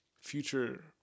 future